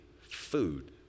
food